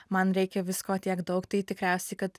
man reikia visko tiek daug tai tikriausiai kad